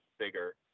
bigger